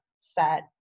set